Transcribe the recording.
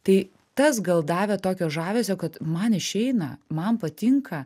tai tas gal davė tokio žavesio kad man išeina man patinka